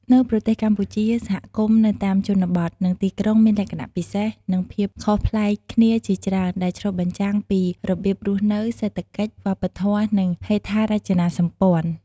នៅប្រទេសកម្ពុជា សហគមន៍នៅតាមជនបទ និងទីក្រុងមានលក្ខណៈពិសេស និងភាពខុសប្លែកគ្នាជាច្រើន ដែលឆ្លុះបញ្ចាំងពីរបៀបរស់នៅ សេដ្ឋកិច្ច វប្បធម៌ និងហេដ្ឋារចនាសម្ព័ន្ធ។